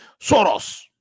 Soros